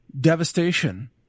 devastation